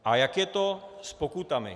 A jak je to s pokutami?